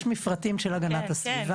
יש מפרטים של הגנת הסביבה,